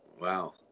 Wow